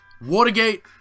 Watergate